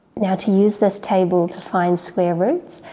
now to use this table to find square roots,